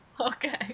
Okay